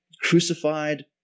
crucified